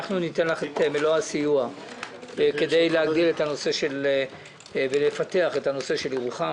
אנחנו ניתן לך את מלוא הסיוע כדי לפתח את ירוחם.